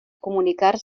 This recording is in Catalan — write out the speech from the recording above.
comunicar